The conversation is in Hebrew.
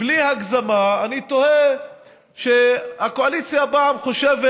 בלי הגזמה, אני טוען שהקואליציה הפעם חושבת